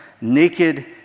naked